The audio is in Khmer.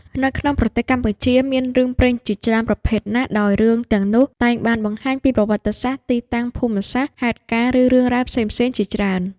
នៅក្នុងប្រទេសកម្ពុជា មានរឿងព្រេងជាច្រើនប្រភេទណាស់ ដោយរឿងទាំងនោះតែងបានបង្ហាញពី ប្រវត្តិសាស្រ្ដ ទីតាំងភូមិសាស្រ្ដ ហេតុការណ៍ ឬរឿងរ៉ាវផ្សេងៗជាច្រើន។